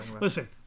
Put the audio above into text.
Listen